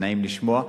שנעים לשמוע,